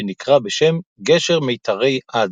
שנקרא בשם "גשר מיתרי עד",